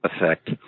effect